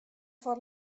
foar